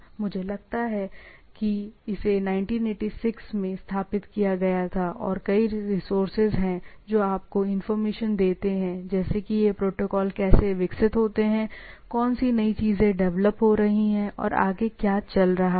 मुझे लगता है कि इसे 1986 में स्थापित किया गया था और कई रिसोर्सेज हैं जो आपको इंफॉर्मेशन देते हैं जैसे कि ये प्रोटोकॉल कैसे विकसित होते हैं कौन सी नई चीजें डिवेलप हो रही हैं और आगे क्या चल रहा है